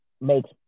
makes